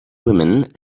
women